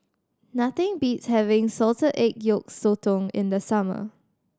nothing beats having salted egg yolk sotong in the summer